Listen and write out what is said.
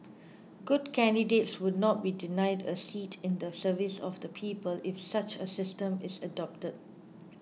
good candidates would not be denied a seat in the service of the people if such a system is adopted